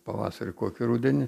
pavasarį kokį rudenį